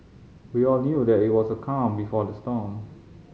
we all knew that it was the calm before the storm